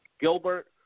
Gilbert